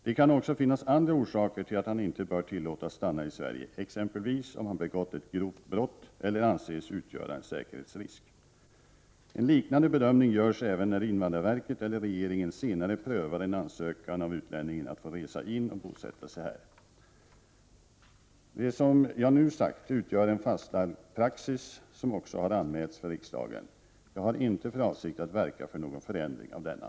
Det kan också finnas andra orsaker till att han inte bör tillåtas stanna i Sverige, exempelvis om han begått ett grovt brott eller anses utgöra en säkerhetsrisk. En liknande bedömning görs även när invandrarverket eller regeringen senare prövar en ansökan av utlänningen att få resa in och bosätta sig här. Det som jag nu sagt utgör en fastlagd praxis som också har anmälts för riksdagen. Jag har inte för avsikt att verka för någon förändring av denna.